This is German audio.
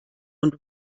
und